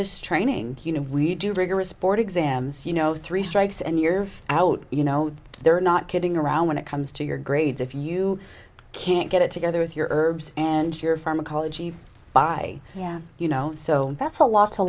this training you know when you do rigorous board exams you know three strikes and you're out you know they're not kidding around when it comes to your grades if you can't get it together with your herbs and your pharmacology by yeah you know so that's a lot to